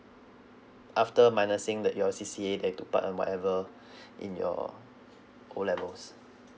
after minusing that your C_C_A that took part in whatever in your O levels